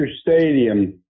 Stadium